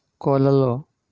కోళ్లలో